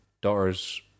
daughter's